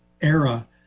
era